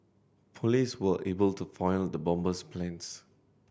police were able to foil the bomber's plans